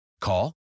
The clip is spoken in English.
Call